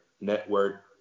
network